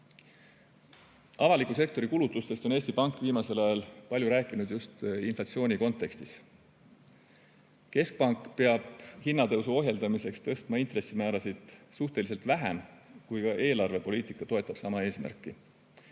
kasvu. Avaliku sektori kulutustest on Eesti Pank viimasel ajal palju rääkinud just inflatsiooni kontekstis. Keskpank peab hinnatõusu ohjeldamiseks tõstma intressimäärasid suhteliselt vähem siis, kui ka eelarvepoliitika toetab sama eesmärki.